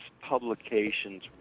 publications